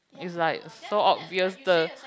is like so obvious the